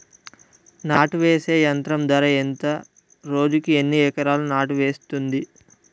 నాటు వేసే యంత్రం ధర ఎంత రోజుకి ఎన్ని ఎకరాలు నాటు వేస్తుంది?